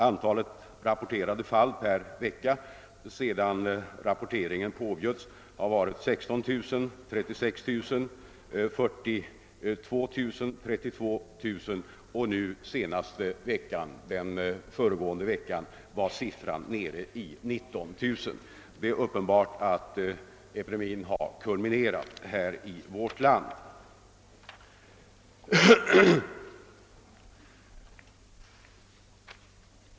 Antalet rapporterade fall under veckorna sedan rapporteringen inleddes har varit 16 000, 36 000, 40 000 och 32 000. Under föregående vecka var siffran nere i 19 000. Mycket talar för att epidemin har kulminerat i vårt land.